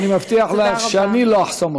ואני מבטיח לך שאני לא אחסום אותך,